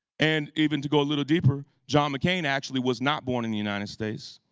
and even to go a little deeper, john mccain actually was not born in the united states,